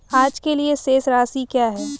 आज के लिए शेष राशि क्या है?